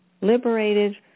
liberated